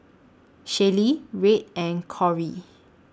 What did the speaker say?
Shaylee Red and Kory